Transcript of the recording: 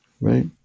right